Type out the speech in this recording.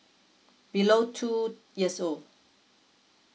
below two years old